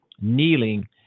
kneeling